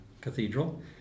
cathedral